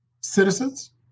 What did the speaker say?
citizens